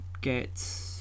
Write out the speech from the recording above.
get